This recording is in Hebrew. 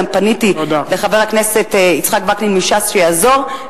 גם פניתי לחבר הכנסת יצחק וקנין מש"ס שיעזור,